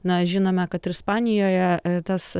na žinome kad ir ispanijoje tas